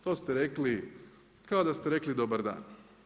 To ste rekli kao da ste rekli dobar dan.